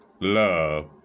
love